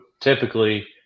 typically